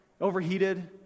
overheated